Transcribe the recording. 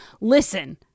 listen